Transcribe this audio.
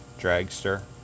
Dragster